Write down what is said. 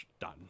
done